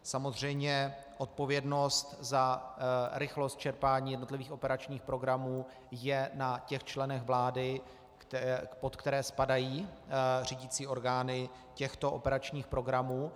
Samozřejmě, odpovědnost za rychlost čerpání jednotlivých operačních programů je na těch členech vlády, pod které spadají řídicí orgány těchto operačních programů.